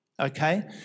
Okay